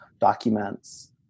documents